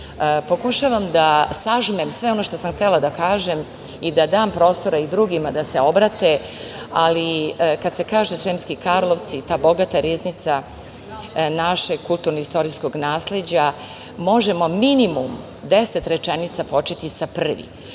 istoriju. Pokušavam da sažmem sve ono što sam htela da kažem i da dam prostora i drugima da se obrate, ali kada se kaže Sremski Karlovci, ta bogata riznica našeg kulturno-istorijskog nasleđa, možemo minimum deset rečenica početi sa prvi.U